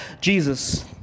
Jesus